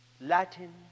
Latin